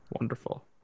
wonderful